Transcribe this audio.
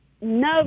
No